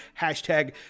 hashtag